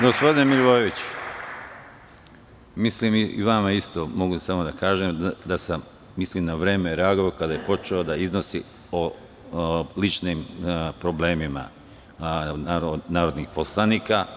Gospodine Milivojeviću, i vama isto mogu samo da kažem da sam na vreme reagovao kada je počeo da iznosi o ličnim problemima narodnih poslanika.